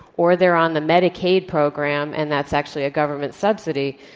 or they're on the medicaid program and that's actually a government subsidy,